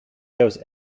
these